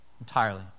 entirely